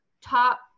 top